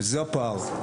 וזה הפער.